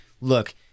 look